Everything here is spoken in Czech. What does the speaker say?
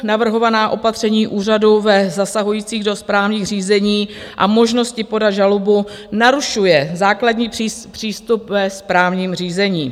Navrhovaná opatření úřadů zasahujících do správních řízení a možnost podat žalobu narušuje základní přístup ve správním řízení.